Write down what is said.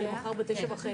לפי סעיף 79(ג)